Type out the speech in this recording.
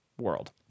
world